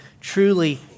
truly